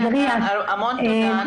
--- מירי המון תודה.